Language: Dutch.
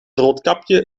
roodkapje